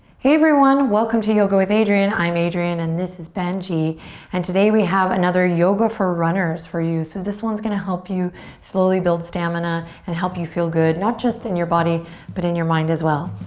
hey everyone, welcome to yoga with adriene. i'm adriene and this is benji and today we have another yoga for runners for you. so this one's gonna help you slowly build stamina and help you feel good not just in your body but in your mind as well.